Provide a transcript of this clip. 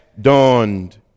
dawned